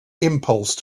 impulse